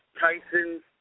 Tyson